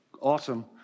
awesome